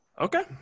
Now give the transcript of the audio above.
Okay